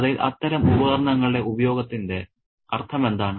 കഥയിൽ അത്തരം ഉപകരണങ്ങളുടെ ഉപയോഗത്തിന്റെ അർത്ഥമെന്താണ്